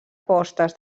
postes